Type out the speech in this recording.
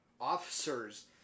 officers